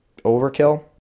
overkill